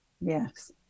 Yes